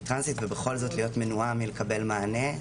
טרנסית ובכל זאת להיות מנועה מלקבל מענה.